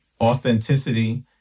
authenticity